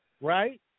Right